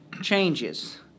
changes